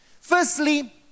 firstly